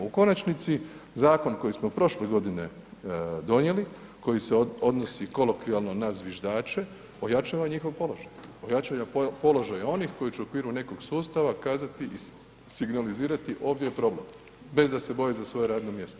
U konačnici, zakon koji smo prošle godine donijeli, koji se odnosi kolokvijalno na Zviždače ojačava njihov položaj, ojačava položaj onih koji će u okviru nekog sustava kazati i signalizirati ovdje je problem, bez da se boje za svoje radno mjesto.